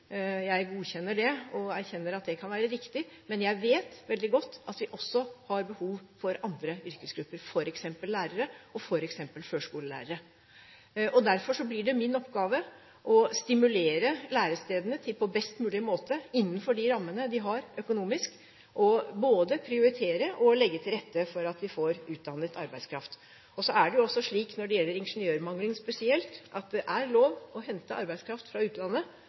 Jeg godkjenner det og erkjenner at det kan være riktig. Men jeg vet veldig godt at vi også har behov for andre yrkesgrupper, f.eks. lærere og førskolelærere. Derfor blir det min oppgave å stimulere lærestedene til på best mulig måte – innenfor de rammene de har økonomisk – både å prioritere og legge til rette for at vi får utdannet arbeidskraft. Så er det også slik når det gjelder ingeniørmangelen spesielt, at det er lov til å hente arbeidskraft fra utlandet.